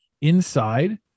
inside